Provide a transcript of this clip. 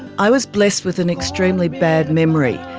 i was blessed with an extremely bad memory,